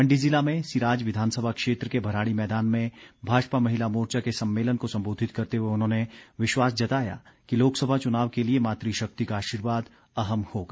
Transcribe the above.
मण्डी जिला में सिराज विधानसभा क्षेत्र के भराड़ी मैदान में भाजपा महिला मोर्चा के सम्मेलन को सम्बोधित करते हुए उन्होंने विश्वास जताया कि लोकसभा चुनाव के लिए मातू शक्ति का आशीर्वाद अहम होगा